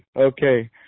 Okay